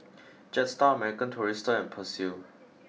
Jetstar American Tourister and Persil